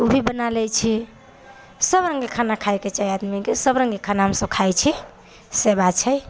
उ भी बना लै छि सभ रङ्गके खाना खाइके चाही आदमीके सभ रङ्गके खाना हम सभ खाइ छी से बात छै